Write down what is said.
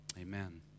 amen